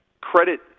credit